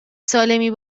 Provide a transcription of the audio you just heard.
سالمی